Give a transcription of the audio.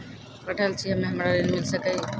पढल छी हम्मे हमरा ऋण मिल सकई?